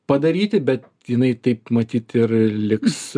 padaryti bet jinai taip matyt ir liks